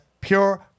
pure